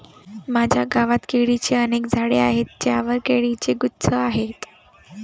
माझ्या गावात केळीची अनेक झाडे आहेत ज्यांवर केळीचे गुच्छ आहेत